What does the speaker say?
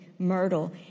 Myrtle